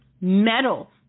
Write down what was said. metal